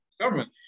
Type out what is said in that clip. government